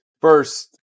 First